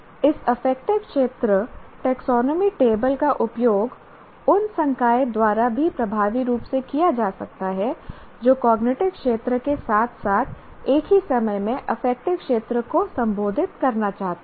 तो इस अफेक्टिव क्षेत्र टैक्सोनॉमी टेबल का उपयोग उन संकाय द्वारा भी प्रभावी रूप से किया जा सकता है जो कॉग्निटिव क्षेत्र के साथ साथ एक ही समय में अफेक्टिव क्षेत्र को संबोधित करना चाहते हैं